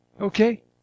Okay